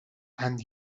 and